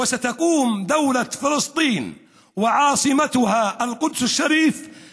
ומדינת פלסטין ובירתה ירושלים תקום,